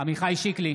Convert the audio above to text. עמיחי שיקלי,